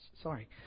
sorry